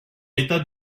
l’état